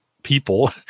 people